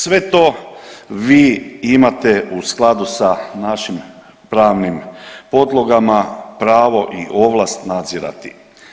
Sve to vi imate u skladu sa našim pravnim podlogama, pravo i ovlast nadzirati.